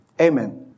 Amen